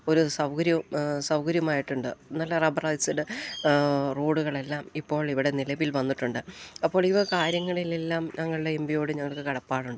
ഒരു സൗകര്യം സൗകര്യമായിട്ടുണ്ട് നല്ല റബ്ബറൈസ്ഡ് റോഡുകളെല്ലാം ഇപ്പോൾ ഇവിടെ നിലവിൽവന്നിട്ടുണ്ട് അപ്പോൾ ഈ വക കാര്യങ്ങളിലെല്ലാം ഞങ്ങളുടെ എം പിയോട് ഞങ്ങള്ക്ക് കടപ്പാടുണ്ട്